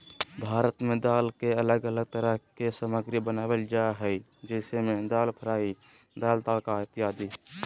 भारत में दाल के अलग अलग तरह के सामग्री बनावल जा हइ जैसे में दाल फ्राई, दाल तड़का इत्यादि